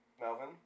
Melvin